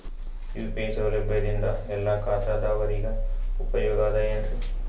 UPI ಸೌಲಭ್ಯದಿಂದ ಎಲ್ಲಾ ಖಾತಾದಾವರಿಗ ಉಪಯೋಗ ಅದ ಏನ್ರಿ?